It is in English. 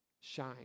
shine